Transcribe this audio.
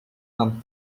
than